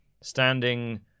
standing